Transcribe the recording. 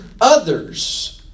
others